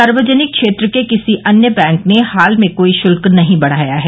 सार्वजनिक क्षेत्र के किसी अन्य बैंक ने हाल में कोई शुल्क नहीं बढ़ाया है